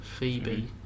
Phoebe